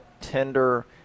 tender